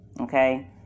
okay